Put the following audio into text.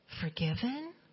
forgiven